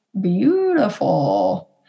beautiful